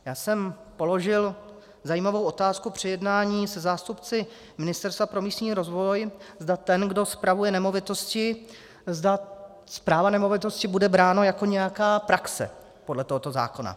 Já jsem položil zajímavou otázku při jednání se zástupci Ministerstva pro místní rozvoj, zda ten, kdo spravuje nemovitosti, zda správa nemovitosti bude brána jako nějaká praxe podle tohoto zákona.